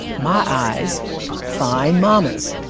my eyes find mama's.